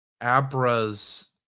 Abra's